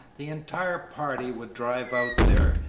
the entire party would drive out there,